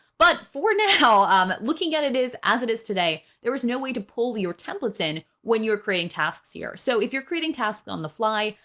but for now, um looking at it is as it is today, there was no way to pull your templates in when you were creating tasks here. so if you're creating tasks on the fly,